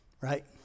right